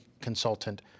Consultant